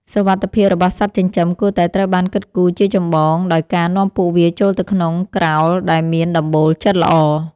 សុវត្ថិភាពរបស់សត្វចិញ្ចឹមគួរតែត្រូវបានគិតគូរជាចម្បងដោយការនាំពួកវាចូលទៅក្នុងក្រោលដែលមានដំបូលជិតល្អ។